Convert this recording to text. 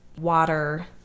Water